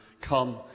come